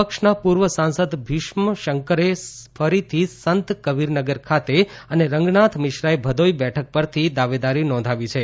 પક્ષના પૂર્વ સાંસદ ભીષ્મ શંકરે ફરીથી સંત કબીરનગર ખાતે અને રંગનાથ મિશ્રાએ ભદોઇ બેઠક પરથી દાવેદારી નોંધાવી છે